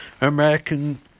American